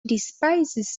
despises